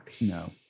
No